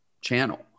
channel